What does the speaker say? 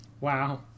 Wow